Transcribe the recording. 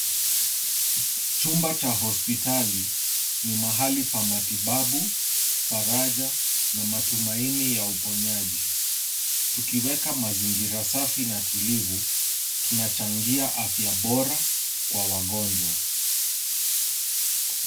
Chumba cha hospitali ni mahali pa matibabu, faraja na matumaini ya uponyaji. Tukiweka mazingira safi na tulivu, tunachangia afya bora kwa wagonjwa.